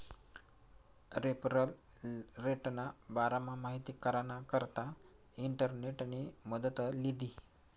referral रेटना बारामा माहिती कराना करता इंटरनेटनी मदत लीधी